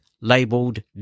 labeled